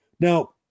Now